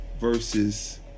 versus